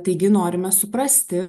taigi norime suprasti